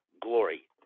glory